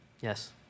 Yes